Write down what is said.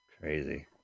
Crazy